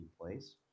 place